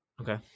Okay